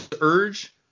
urge